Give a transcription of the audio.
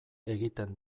egiten